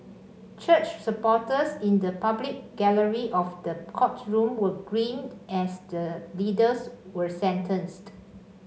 church supporters in the public gallery of the courtroom were grim as the leaders were sentenced